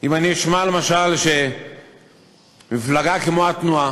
אם אני אשמע, למשל, שמפלגה כמו התנועה,